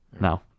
No